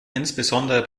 insbesondere